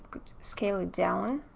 could scale it down